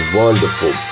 wonderful